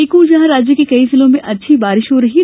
एक ओर जहां राज्य के कई जिलों में अच्छी बारिश हो रही है